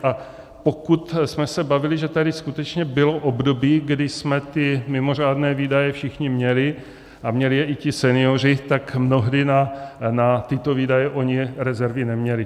A pokud jsme se bavili, že tady skutečně bylo období, kdy jsme ty mimořádné výdaje všichni měli a měli je i ti senioři, tak mnohdy na tyto výdaje oni rezervy neměli.